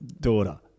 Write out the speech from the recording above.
daughter